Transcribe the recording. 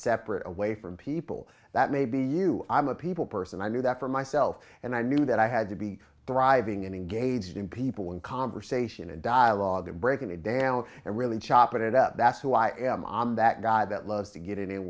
separate away from people that maybe you i'm a people person i knew that for myself and i knew that i had to be driving and engaged in people in conversation and dialogue and breaking it down and really chop it up that's who i am on that guy that loves to get in